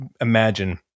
imagine